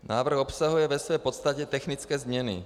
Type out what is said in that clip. Návrh obsahuje ve své podstatě technické změny.